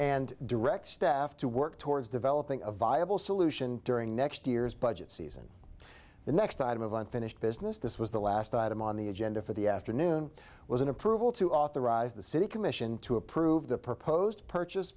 and direct staff to work towards developing a viable solution during next year's budget season the next item of unfinished business this was the last item on the agenda for the afternoon was an approval to authorize the city commission to approve the proposed purchase